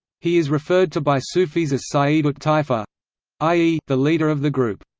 he is referred to by sufis as sayyid-ut taifa i e, the leader of the group.